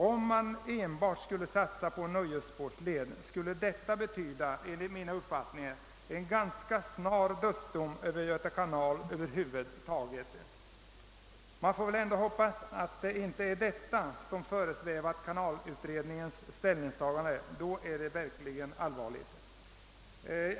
Om man enbart skulle satsa på en nöjesbåtsled skulle detta enligt min mening betyda en ganska snar dödsdom över Göta kanal över huvud taget, men man får väl ändå hoppas att det inte är detta som föresvävat kanalutredningen ty då är det verkligen allvarligt.